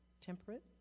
temperate